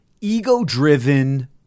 Ego-driven